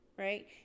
right